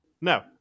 No